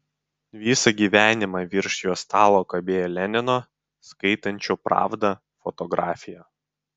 visą gyvenimą virš jo stalo kabėjo lenino skaitančio pravdą fotografija